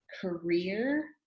career